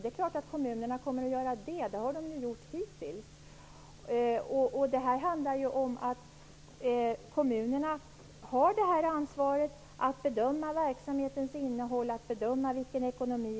Det är klart att kommunerna kommer att släppa fram alternativ. Det har de ju gjort hittills. Detta handlar om att kommunerna har ansvaret för att bedöma verksamhetens innehåll och ekonomi.